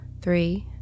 three